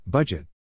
Budget